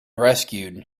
rescued